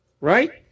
right